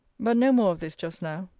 but no more of this just now.